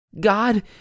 God